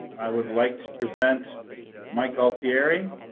i would like to present mike gualtieri,